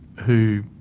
who,